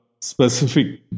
specific